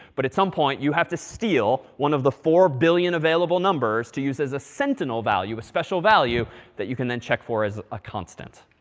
but at some point, you have to steal one of the four billion available numbers to use as a sentinel value, a special value that you can then check for as a constant.